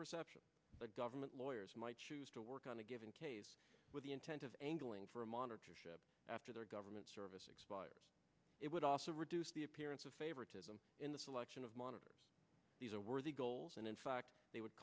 perception that government lawyers might choose to work on a given case with the intent of angling for a monitor ship after their government service expires it would also reduce the appearance of favoritism in the selection of monitor these are worthy goals and in fact they would